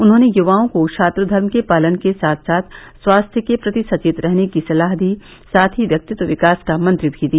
उन्होंने युवाओं को छात्र धर्म के पालन के साथ साथ स्वास्थ्य के प्रति सचेत रहने की सलाह दी साथ ही व्यक्तित्व विकास का मंत्र भी दिया